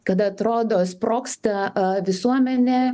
kad atrodo sprogs ta visuomenė